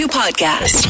podcast